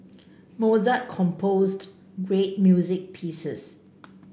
Mozart composed great music pieces